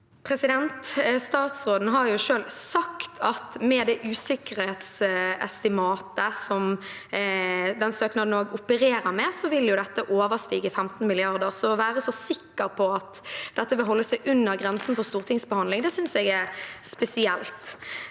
Statsråden har selv sagt at med det usikkerhetsestimatet som den søknaden opererer med, vil dette overstige 15 mrd. kr, så å være så sikker på at dette vil holde seg under grensen for stortingsbehandling, synes jeg er spesielt.